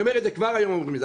כבר היום אומרים את זה.